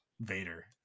vader